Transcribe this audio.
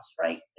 right